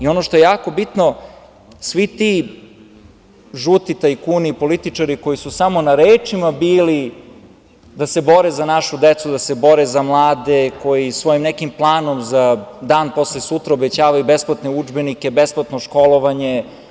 Ono što je jako bitno, svi ti žuti tajkuni, političari koji su samo na rečima bili da se bore za našu decu, da se bore za mlade koji svojim nekim planom za dan posle sutra obećavaju besplatne udžbenike, besplatno školovanje.